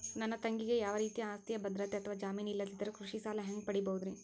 ನನ್ನ ತಂಗಿಗೆ ಯಾವ ರೇತಿಯ ಆಸ್ತಿಯ ಭದ್ರತೆ ಅಥವಾ ಜಾಮೇನ್ ಇಲ್ಲದಿದ್ದರ ಕೃಷಿ ಸಾಲಾ ಹ್ಯಾಂಗ್ ಪಡಿಬಹುದ್ರಿ?